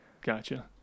Gotcha